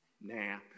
Nah